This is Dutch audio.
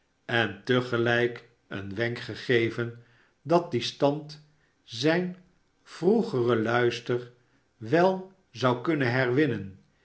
en te gelijk een wenk gegeven dat die stand zijn vroegeren luister wel zou kunnen herwinnen